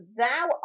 thou